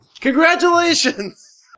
Congratulations